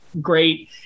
great